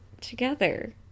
together